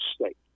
state